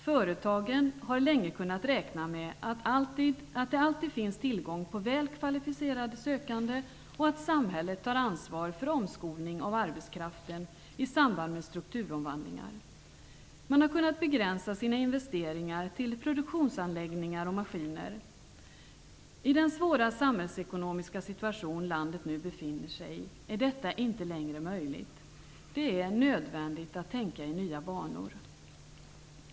Företagen har länge kunnat räkna med att det alltid finns tillgång på väl kvalificerade sökande och att samhället tar ansvar för omskolning av arbetskraften i samband med strukturomvandlingar. Man har kunnat begränsa sina investeringar till produktionsanläggningar och maskiner. I den svåra samhällsekonomiska situation som landet nu befinner sig i är detta inte längre möjligt. Det är nödvändigt att tänka i nya banor.